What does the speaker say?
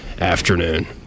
afternoon